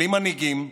בלי מנהיגים,